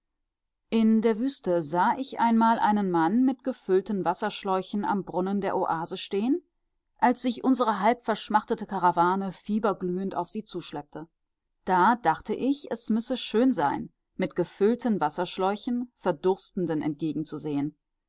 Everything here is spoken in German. in der wüste sah ich einmal einen mann mit gefüllten wasserschläuchen am brunnen der oase stehen als sich unsere halbverschmachtete karawane fieberglühend auf sie zuschleppte da dachte ich es müsse schön sein mit gefüllten wasserschläuchen verdurstenden